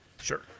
Sure